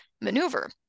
maneuver